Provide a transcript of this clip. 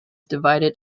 divided